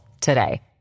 today